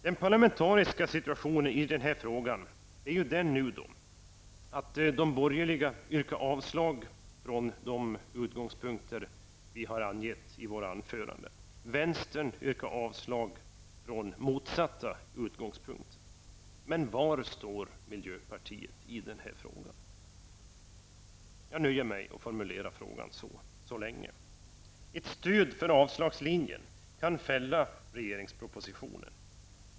Den parlamentariska situationen i denna fråga är den att de borgerliga yrkar avslag på propositionen från de utgångspunkter som vi har angett i våra anföranden och vänstern yrkar avslag från motsatt utgångspunkt. Men var står miljöpartiet i denna fråga? Jag nöjer mig med att formulera frågan på det sättet så länge. Ett stöd för avslagslinjen kan fälla regeringspropositionen.